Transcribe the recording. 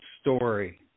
story